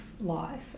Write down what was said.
life